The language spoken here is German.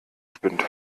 spinnt